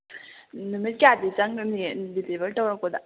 ꯅꯨꯃꯤꯠ ꯀꯌꯥꯗꯤ ꯆꯪꯒꯅꯤ ꯗꯤꯂꯤꯚꯔ ꯇꯧꯔꯛꯄꯗ